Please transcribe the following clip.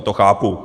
To chápu.